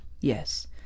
Yes